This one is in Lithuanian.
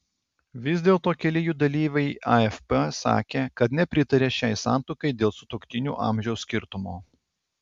vis dėlto keli jų dalyviai afp sakė kad nepritaria šiai santuokai dėl sutuoktinių amžiaus skirtumo